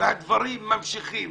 והדברים ממשיכים.